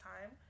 time